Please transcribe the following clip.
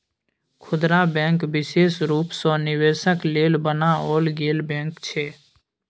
खुदरा बैंक विशेष रूप सँ निवेशक लेल बनाओल गेल बैंक छै